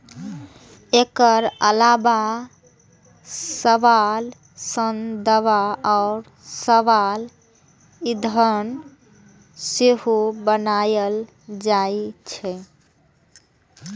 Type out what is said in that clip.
एकर अलावा शैवाल सं दवा आ शैवाल ईंधन सेहो बनाएल जाइ छै